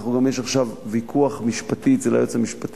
יש עכשיו ויכוח משפטי אצל היועץ המשפטי